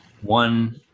one